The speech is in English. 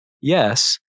Yes